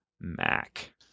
Mac